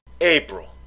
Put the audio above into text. April